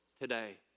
today